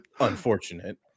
Unfortunate